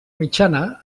mitjana